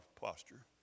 posture